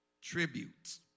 Tributes